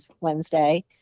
Wednesday